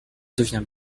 deviens